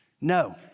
No